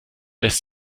lässt